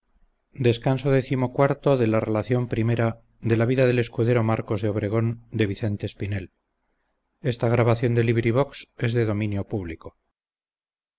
la donosa narración de las aventuras del escudero marcos de obregón